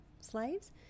slaves